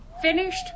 Finished